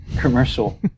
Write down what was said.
commercial